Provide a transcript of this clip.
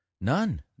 None